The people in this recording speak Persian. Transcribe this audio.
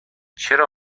چرا